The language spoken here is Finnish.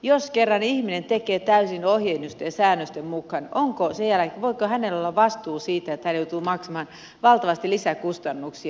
jos kerran ihminen tekee täysin ohjeiden ja säännösten mukaan voiko hänellä sen jälkeen olla vastuu siitä että hän joutuu maksamaan valtavasti lisäkustannuksia